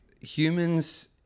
humans